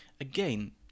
Again